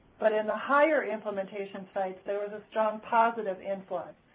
but in the higher implementation sites, there was a strong positive influence,